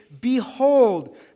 Behold